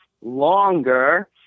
longer